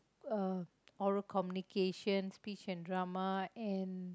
uh oral communication speech and drama and